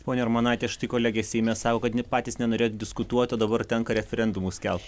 ponia armonaite štai kolegė seime sako kad net patys nenorėjot diskutuot o dabar tenka referendumus skelbt